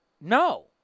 No